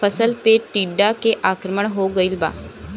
फसल पे टीडा के आक्रमण हो गइल बा?